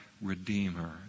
Redeemer